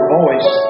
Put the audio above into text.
voice